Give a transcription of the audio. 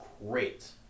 great